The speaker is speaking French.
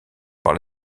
par